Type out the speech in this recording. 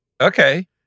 Okay